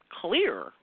clear